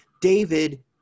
David